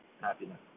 Happiness